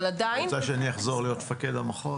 אבל עדיין --- את רוצה שאני אחזור להיות מפקד המחוז?